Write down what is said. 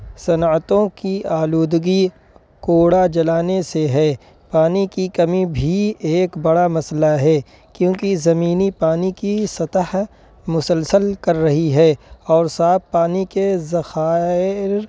صنعتوں کی آلودگی کوڑا جلانے سے ہے پانی کی کمی بھی ایک بڑا مسئلہ ہے کیونکہ زمینی پانی کی سطح مسلسل کر رہی ہے اور صاف پانی کے ذخائر